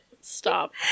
stop